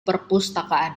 perpustakaan